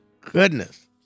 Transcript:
goodness